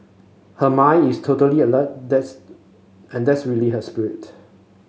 her mind is totally alert that and that's really her spirit